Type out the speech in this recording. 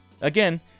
Again